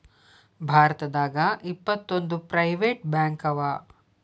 ಭಾರತದಾಗ ಇಪ್ಪತ್ತೊಂದು ಪ್ರೈವೆಟ್ ಬ್ಯಾಂಕವ